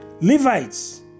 Levites